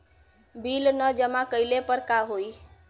Bill न जमा कइले पर का होई?